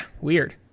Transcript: weird